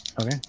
Okay